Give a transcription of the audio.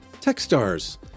Techstars